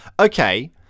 okay